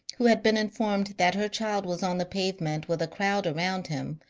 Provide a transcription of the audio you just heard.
who had been informed that her child was on the pavement with a crowd around him,